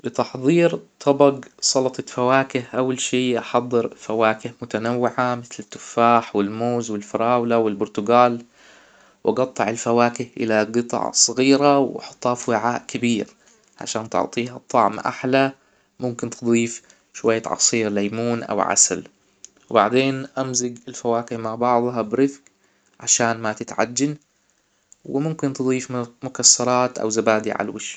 لتحضير طبق سلطة فواكه اول شي احضر فواكه متنوعة مثل التفاح والموز والفراولة والبرتجال وجطع الفواكه الى قطع صغيرة وحطها في وعاء كبير عشان تعطيها طعم احلى ممكن تضيف شوية عصير ليمون او عسل وبعدين امزج الفواكه مع بعضها برفج عشان ما تتعجن وممكن تضيف مكسرات او زبادي على الوش